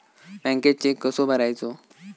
बँकेत चेक कसो भरायचो?